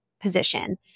position